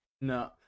No